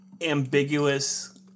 ambiguous